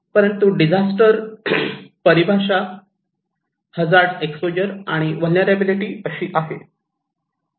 परंतु डिझास्टर परिभाषा hazard exposure आणि व्हलनेरलॅबीलीटी अशी आहे